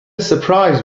surprise